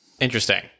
Interesting